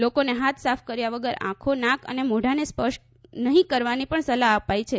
લોકોને હાથ સાફ કર્યા વગર આંખો નાક અને મોંઢાને સ્પર્શ નહીં કરવાની પણ સલાહ અપાઈ છે